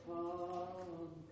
Come